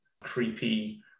creepy